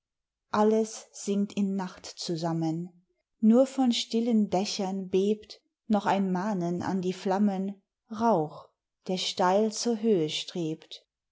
alles sinkt in nacht zusammen nur von stillen dächern bebt noch ein mahnen an die flammen rauch der steil zur höhe strebt